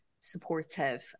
supportive